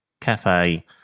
cafe